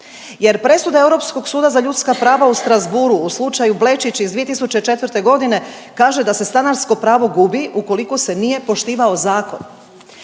Jer presuda za ljudska prava u Strasbourgu u slučaju Blečić iz 2004.g. kaže da se stanarsko pravo gubi ukoliko se nije poštivao zakon.